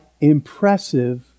impressive